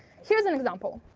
here's an example.